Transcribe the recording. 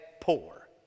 poor